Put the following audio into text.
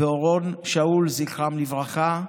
ואורון שאול, זכרם לברכה,